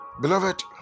Beloved